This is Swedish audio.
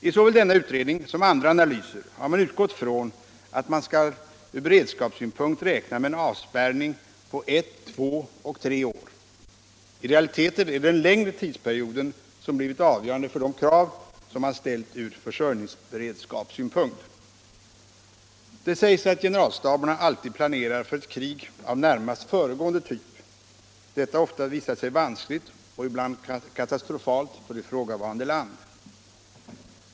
I såväl denna utredning som andra analyser har man utgått från att man skall från beredskapssynpunkt räkna med en avspärrning på ett, två och tre år. I realiteten är det den längre tidsperioden som blivit avgörande för de krav man ställt på beredskapen från försörjningssynpunkt. Det sägs att generalstaberna alltid planerar för ett krig av närmast föregående typ. Detta har ofta visat sig vanskligt och ibland katastrofalt för ifrågavarande land.